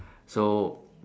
so